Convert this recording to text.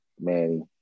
Manny